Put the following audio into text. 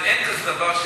ואין כזה דבר.